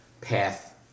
path